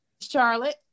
Charlotte